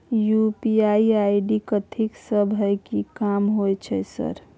UPI ID कथि सब हय कि काम होय छय सर?